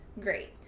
great